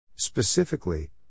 Specifically